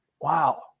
wow